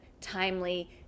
timely